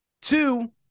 Two